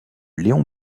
léon